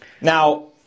Now